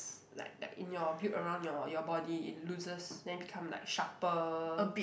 s~ like like in your build around your your body it loses then become like sharper